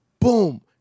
Boom